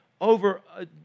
over